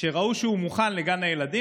שראו שהוא מוכן לגן הילדים,